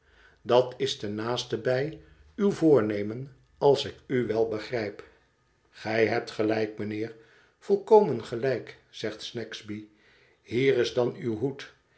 dat is ten naastenbij uw voornemen als ik u wel begrijp gij hebt gelijk mijnheer volkomen gelijk zegt snagsby hier is dan uw hoed